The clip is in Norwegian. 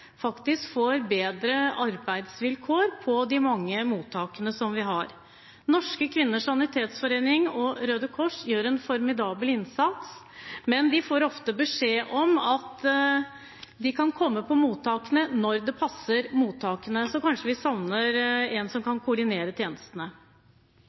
får bedre arbeidsvilkår på de mange mottakene som vi har. Norske Kvinners Sanitetsforening og Røde Kors gjør en formidabel innsats, men de får ofte beskjed om at de kan komme på mottakene når det passer mottakene – så kanskje vi savner noen som